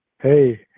Hey